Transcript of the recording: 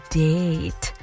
date